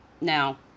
Now